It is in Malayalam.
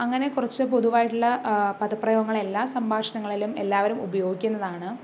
അങ്ങനെ കുറച്ച് പൊതുവായിട്ടുള്ള പദപ്രയോഗങ്ങളെല്ലാ സംഭാഷണങ്ങളിലും എല്ലാവരും ഉപയോഗിക്കുന്നതാണ്